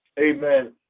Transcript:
Amen